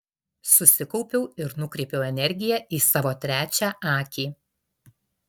susikaupiau ir nukreipiau energiją į savo trečią akį